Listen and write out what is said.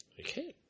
Okay